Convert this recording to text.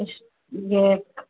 اچھا یہ